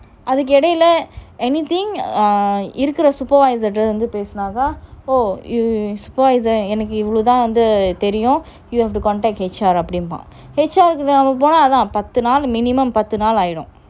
அதுக்கு எடையுள்ள:athuku yeadayula anything இருக்குற:irukura supervisor கிட்ட பேசுனாதான்:kita peasunathaan supervisor என்னக்கு இவரைத்தான் தெரியும்:ennaku ivarathaan teriyum you have to contact H_R னு சொல்லுவான் அதன்:nu soluvan athan H_R கிட்ட போன:kita pona minimum பாத்து நாள் ஆயிடும்:paathu naal aayedum you have to contact H_R